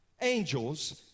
angels